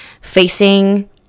facing